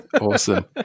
awesome